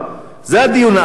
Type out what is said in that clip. זה הדיון האמיתי.